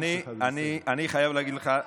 אני חייב להגיד לך,